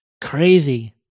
Crazy